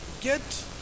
get